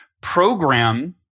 program